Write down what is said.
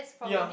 ya